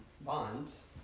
bonds